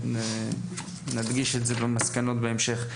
ונדגיש את זה במסקנות בהמשך.